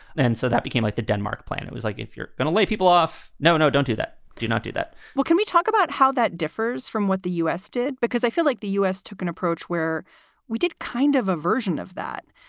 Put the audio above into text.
and so that became like the denmark plan. it was like if you're going to lay people off. no, no, don't do that. do you not do that? well, can we talk about how that differs from what the u s. did? because i feel like the u s. took an approach where we did kind of a version of that,